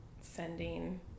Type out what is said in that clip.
sending